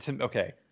okay